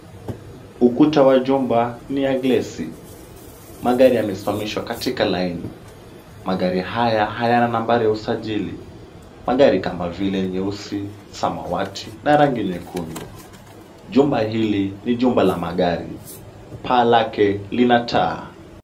Ukuta wa jumba ni ya gilasi. Magari yamesimamishwa katika laini. Magari haya hayana nambari ya usajili. Magari kama vile nyeusi, samawati na gari nyekundu. Jumba hili ni jumba la magari, paa lake lina taa.